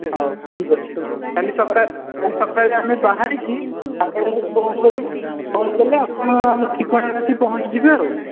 ହଉ ଠିକ୍ ଅଛି କାଲି ସକାଳେ କାଲି ସକାଳେ ଆମେ ବାହରିକି ଆପଣଙ୍କୁ ଫୋନ୍ କରିବୁ ଫୋନ୍ କଲେ ଆପଣ ଠିକଣାରେ ଆସିକି ପହଞ୍ଚି ଯିବେ ଆଉ